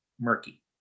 murky